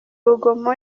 rugomo